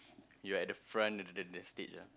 you are at the front of the the the stage ah